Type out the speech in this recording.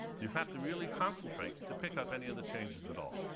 you have to really concentrate to pick up any of the changes at all.